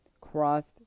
crossed